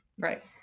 right